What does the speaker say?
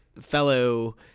fellow